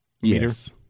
Yes